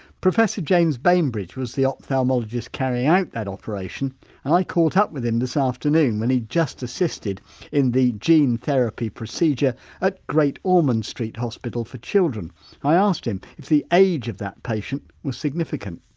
professor james bainbridge was the ophtalmologist carrying out that operation. and i caught up with him this afternoon, when he just assisted in the gene therapy procedure at great ormond street hospital for children and i asked him, if the age of that patient was significant?